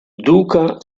duca